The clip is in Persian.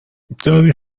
داری